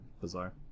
bizarre